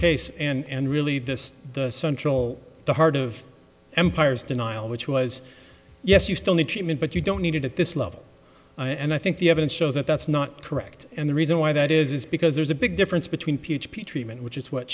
case and really this central the heart of empires denial which was yes you still need treatment but you don't need it at this level and i think the evidence shows that that's not correct and the reason why that is because there's a big difference between p h p treatment which is what